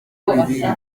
ibindi